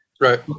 Right